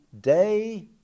day